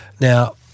Now